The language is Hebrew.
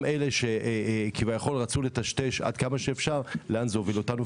אלה שכביכול רצו לטשטש עד כמה שאפשר לאן זה הוביל אותנו.